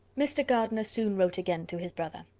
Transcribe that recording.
mr. gardiner soon wrote again to his brother.